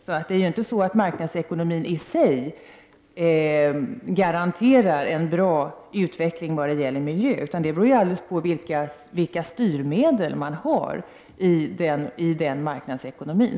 Det är alltså inte så att marknadsekonomin i sig garanterar en bra utveckling när det gäller miljön. Det beror alldeles på vilka styrmedel man har i den marknadsekonomin.